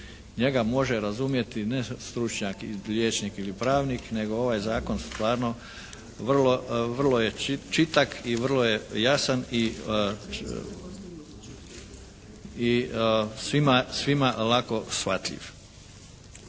Njega može razumjeti ne stručnjak i liječnik i pravnik, nego ovaj Zakon vrlo je čitak i vrlo je jasan i svima lako shvatljiv.